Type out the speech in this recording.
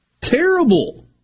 Terrible